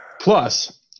Plus